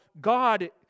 God